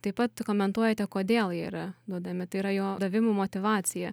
taip pat komentuojate kodėl jie yra duodami tai yra jo davimo motyvacija